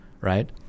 right